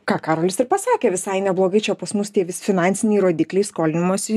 ką karolis ir pasakė visai neblogai čia pas mus tie vis finansiniai rodikliai skolinimosi